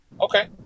Okay